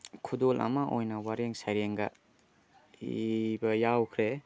ꯈꯨꯗꯣꯜ ꯑꯃ ꯑꯣꯏꯅ ꯋꯥꯔꯦꯡ ꯁꯩꯔꯦꯡꯒ ꯏꯕ ꯌꯥꯎꯈ꯭ꯔꯦ